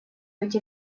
быть